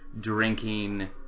drinking